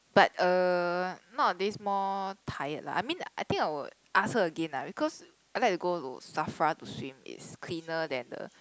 but uh nowadays more tired lah I mean I think I would ask her again lah because I like to go to Safra to swim it's cleaner than the